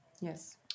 yes